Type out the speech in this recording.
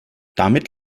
damit